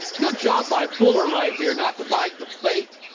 good job by fuller right there, not to bite the fate,